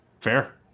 Fair